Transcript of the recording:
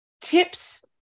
tips